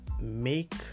make